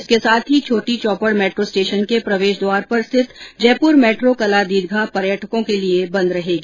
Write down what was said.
इसके साथ ही छोटी चौपड़ मेट्रो स्टेशन के प्रवेश द्वार पर स्थित जयपुर मेट्रो कला दीर्घा पर्यटकों के लिए बंद रहेगी